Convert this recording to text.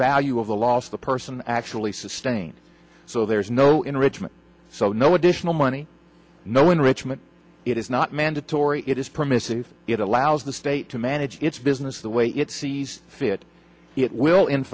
value of the loss the person actually sustained so there's no enrichment so no additional money no enrichment it is not mandatory it is permissible it allows the state to manage its business the way it sees fit it will in